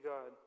God